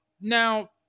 now